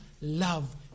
love